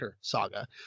saga